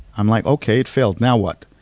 i'm like, okay, it failed. now what?